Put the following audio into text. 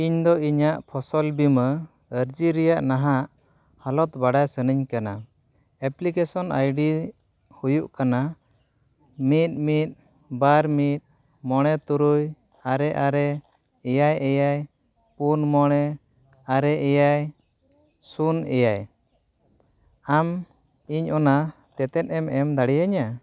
ᱤᱧᱫᱚ ᱤᱧᱟᱹᱜ ᱯᱷᱚᱥᱚᱞ ᱵᱤᱢᱟ ᱟᱨᱡᱤ ᱨᱮᱭᱟᱜ ᱱᱟᱦᱟᱜ ᱦᱟᱞᱚᱛ ᱵᱟᱰᱟᱭ ᱥᱟᱱᱟᱧ ᱠᱟᱱᱟ ᱮᱯᱞᱤᱠᱮᱥᱚᱱ ᱟᱭᱰᱤ ᱦᱩᱭᱩᱜ ᱠᱟᱱᱟ ᱢᱤᱫ ᱢᱤᱫ ᱵᱟᱨ ᱢᱤᱫ ᱢᱚᱬᱮ ᱛᱩᱨᱩᱭ ᱟᱨᱮ ᱟᱨᱮ ᱮᱭᱟᱭ ᱮᱭᱟᱭ ᱯᱩᱱ ᱢᱚᱬᱮ ᱟᱨᱮ ᱮᱭᱟᱭ ᱥᱩᱱ ᱮᱭᱟᱭ ᱟᱢ ᱤᱧ ᱚᱱᱟ ᱛᱮᱛᱮᱫ ᱮᱢ ᱮᱢ ᱫᱟᱲᱮᱭᱤᱧᱟ